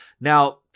Now